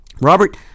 Robert